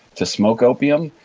to smoke opium,